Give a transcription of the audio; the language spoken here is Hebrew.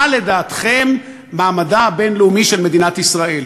לדעתכם מעמדה הבין-לאומי של מדינת ישראל.